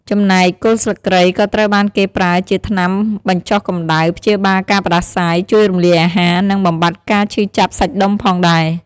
ចំណែក គល់ស្លឹកគ្រៃក៏ត្រូវបានគេប្រើជាថ្នាំបញ្ចុះកម្តៅ ព្យាបាលការផ្តាសាយ ជួយរំលាយអាហារ និងបំបាត់ការឈឺចាប់សាច់ដុំផងដែរ។